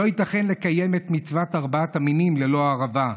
לא ייתכן לקיים את מצוות ארבעת המינים ללא הערבה,